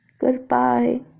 Goodbye